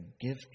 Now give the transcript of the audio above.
give